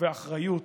ובאחריות